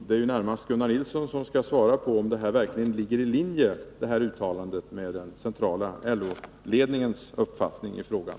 Det är närmast Gunnar Nilsson som skall svara på spörsmålet om detta uttalande ligger i linje med den centrala LO-ledningens uppfattning i frågan.